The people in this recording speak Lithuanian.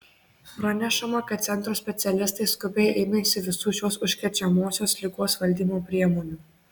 pranešama kad centro specialistai skubiai ėmėsi visų šios užkrečiamosios ligos valdymo priemonių